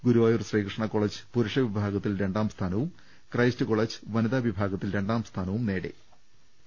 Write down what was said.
Guruvayur Sreekrishna college പുരുഷവിഭാഗത്തിൽ രണ്ടാം സ്ഥാനവും ക്രൈസ്റ്റ് കോളേജ് വനിതാ വിഭാഗത്തിൽ രണ്ടാം സ്ഥാനവും കരസ്ഥമാക്കി